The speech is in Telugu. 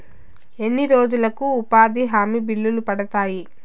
ఎన్ని రోజులకు ఉపాధి హామీ బిల్లులు పడతాయి?